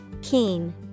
Keen